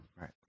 Right